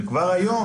כבר היום,